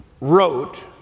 wrote